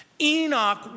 Enoch